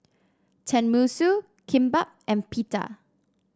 Tenmusu Kimbap and Pita